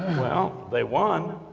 well, they won,